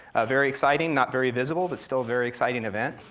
very exciting, not very visible, but still very exciting event.